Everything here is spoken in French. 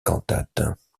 cantates